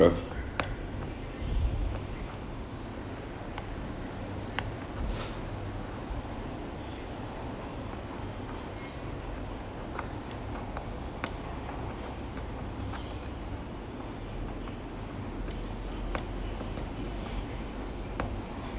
of